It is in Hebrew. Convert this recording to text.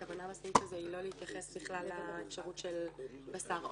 הכוונה בסעיף הזה היא לא להתייחס בכלל לאפשרות של בשר עוף?